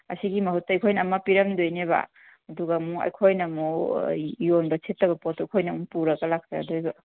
ꯑꯁꯤꯒꯤ ꯃꯍꯨꯠꯇ ꯑꯩꯈꯣꯏꯅ ꯑꯃ ꯄꯤꯔꯝꯗꯣꯏꯅꯦꯕ ꯑꯗꯨꯒ ꯑꯃꯨꯛ ꯑꯩꯈꯣꯏꯅ ꯑꯃꯨꯛ ꯌꯣꯟꯕ ꯁꯤꯠꯇꯕ ꯄꯣꯠꯇꯣ ꯑꯩꯈꯣꯏꯅ ꯑꯃꯨꯛ ꯄꯨꯔꯒ ꯂꯥꯛꯆꯗꯣꯏꯕ